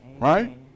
right